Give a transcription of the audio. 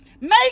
make